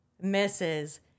misses